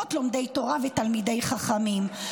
לרבות לומדי תורה ותלמידי חכמים,